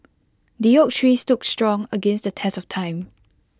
the oak tree stood strong against the test of time